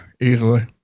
Easily